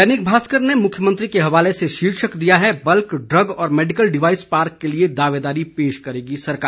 दैनिक भास्कर ने मुख्यमंत्री के हवाले से शीर्षक दिया है बल्क ड्रग और मेडिकल डिवाइस पार्क के लिये दावेदारी पेश करेगी सरकार